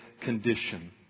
condition